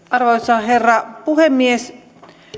arvoisa herra puhemies